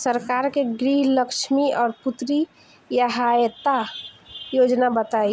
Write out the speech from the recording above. सरकार के गृहलक्ष्मी और पुत्री यहायता योजना बताईं?